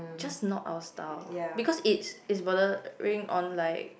just not our style because it's it's bordering on like